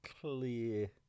clear